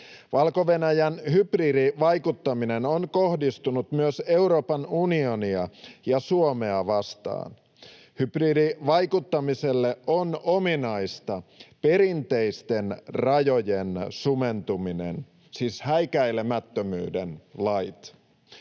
Valko-Venäjän hybridivaikuttaminen on kohdistunut myös Euroopan unionia ja Suomea vastaan. Hybridivaikuttamiselle on ominaista perinteisten rajojen sumentuminen, siis häikäilemättömyyden lait.